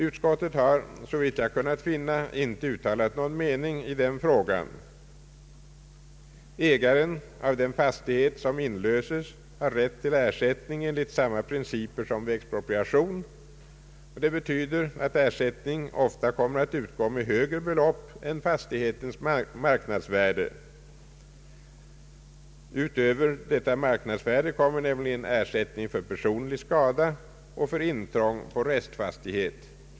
Utskottet har, såvitt jag kunnat finna, inte uttalat någon mening i den frågan. Ägaren av den fastighet som inlöses har rätt till ersättning enligt samma principer som vid expropriation. Det betyder att ersättning ofta kommer att utgå med högre belopp än fastighetens marknadsvärde. Utöver detta värde kommer nämligen ersättning för personlig skada och för intrång på restfastighet.